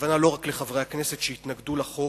הכוונה היא לא רק לחברי הכנסת שהתנגדו לחוק,